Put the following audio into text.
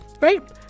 right